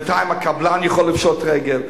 בינתיים הקבלן יכול לפשוט רגל,